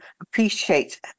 appreciate